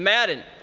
madden.